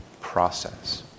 process